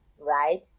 right